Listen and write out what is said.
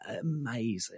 amazing